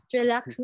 relax